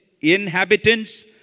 inhabitants